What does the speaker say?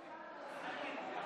אני מחדש את הישיבה